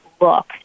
look